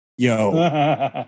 Yo